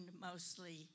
mostly